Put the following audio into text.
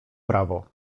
prawo